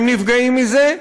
הם נפגעים מזה,